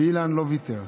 ואילן לא ויתר.